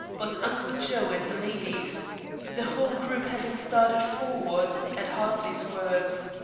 but uncle joe and the ladies the whole group having started forward at hartley's words.